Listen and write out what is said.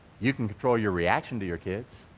you can control your reaction to your kids,